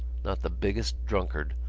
not the biggest drunkard,